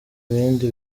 ibindi